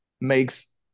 makes